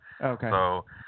Okay